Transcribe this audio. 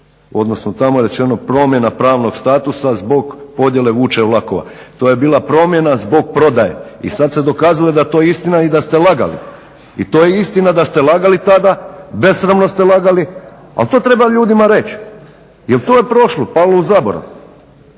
odnosno tamo rečeno promjena pravnog statusa zbog podjele vuče vlakova. To je bila promjena zbog prodaje i sad se dokazuje da je to istina i da ste lagali i to je istina da ste lagali tada, besramno ste lagali al to treba ljudima reći, jer to je prošlo, palo u zaborav.